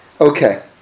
Okay